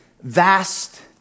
vast